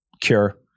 Cure